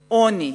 "עוני"